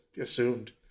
assumed